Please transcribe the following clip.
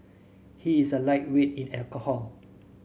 he is a lightweight in alcohol